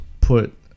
put